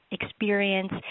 experience